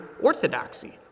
orthodoxy